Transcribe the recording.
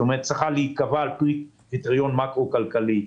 כלומר צריכה להיקבע על פי קריטריון מקרו כלכלי.